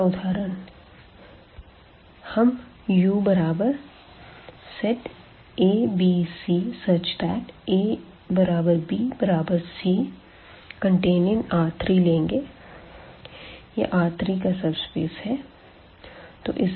दूसरा उदाहरण हम UabcabcR3लेंगे यह R3का सबस्पेस है